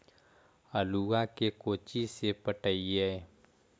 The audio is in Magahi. आलुआ के कोचि से पटाइए?